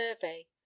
survey